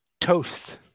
toast